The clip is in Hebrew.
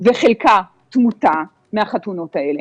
וחלקה תמותה מהחתונות האלה.